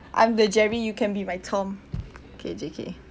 I'm the jerry you can be my tom okay J_K